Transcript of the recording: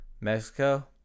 mexico